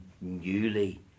newly